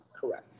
Correct